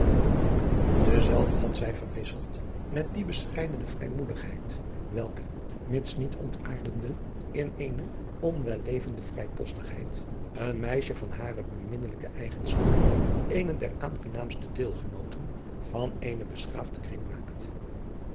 ezelve had zij verwisseld met die bescheidene vrijmoedigheid welke mits niet ontaardende in eene onwellevende vrijpostigheid een meisje van hare beminnelijke eigenschappen eene der aangenaamste deelgenooten van eenen beschaafden kring maakt